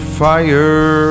fire